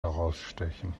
herausstechen